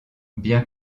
bien